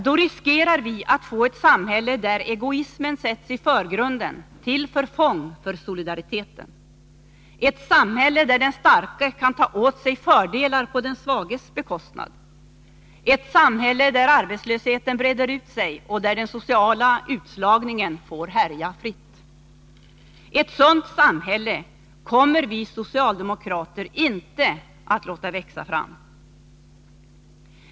Då riskerar vi att få ett samhälle där egoismen sätts i förgrunden till förfång för solidariteten — ett samhälle där den starke kan ta åt sig fördelar på den svages bekostnad, ett samhälle där arbetslösheten breder ut sig och där den sociala utslagningen får härja fritt. Ett sådant samhälle kommer vi socialdemokrater inte att låta växa fram.